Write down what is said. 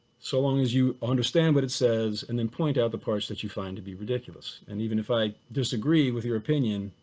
so long as you understand what it says and then point out the parts that you find to be ridiculous. and even if i disagree with your opinion,